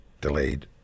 delayed